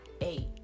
eight